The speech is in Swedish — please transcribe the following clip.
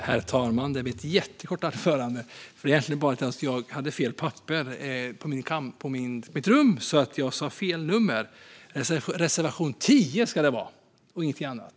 Herr talman! Det blir ett jättekort anförande. Jag hade fel papper på mitt rum, så jag sa fel nummer på reservationen jag yrkade bifall till. Reservation 10 ska det vara och ingenting annat.